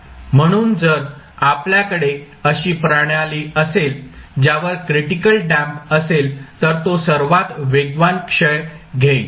म्हणून जर आपल्याकडे अशी प्रणाली असेल ज्यावर क्रिटिकल डॅम्प्ड असेल तर तो सर्वात वेगवान क्षय घेईल